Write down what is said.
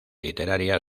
literaria